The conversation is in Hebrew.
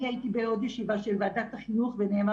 הייתי בעוד ישיבה של ועדת החינוך ונאמר